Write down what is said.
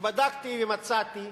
בדקתי ומצאתי